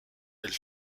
elle